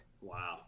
Wow